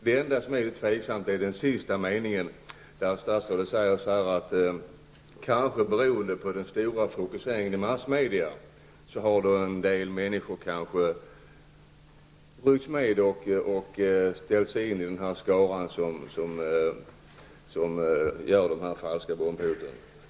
Det enda som jag finner tveksamt är den sista meningen, där statsrådet säger att kanske beroende på den starka fokuseringen i massmedia har en del människor ryckts med och sällat sig till den skara som framför dessa falska bombhot.